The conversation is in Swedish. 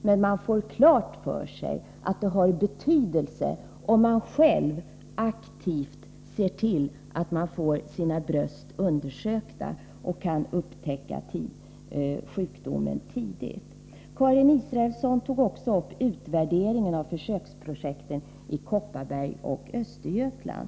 Men de får klart för sig att det har betydelse om de själva aktivt ser till att få sina bröst undersökta så att sjukdomen kan upptäckas tidigt. Karin Israelsson tog också upp utvärderingen av försöksprojekten i Kopparberg och Östergötland.